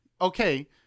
okay